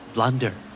Blunder